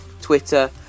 twitter